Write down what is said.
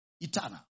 Eternal